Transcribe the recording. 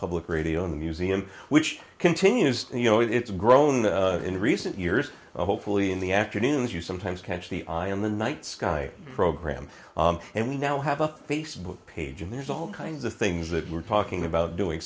public radio museum which continues you know it's grown in recent years hopefully in the afternoons you sometimes catch the eye in the night sky program and we now have a facebook page and there's all kinds of things that we're talking about doing